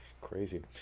Crazy